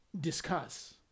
discuss